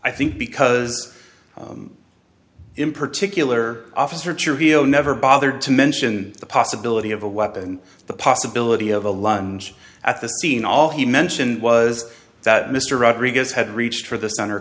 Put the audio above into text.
i think because in particular officer tour he'll never bothered to mention the possibility of a weapon the possibility of a lunge at the scene all he mentioned was that mr rodriguez had reached for the center